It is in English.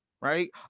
right